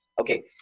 Okay